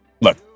Look